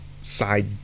side